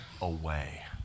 away